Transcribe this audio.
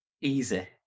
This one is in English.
Easy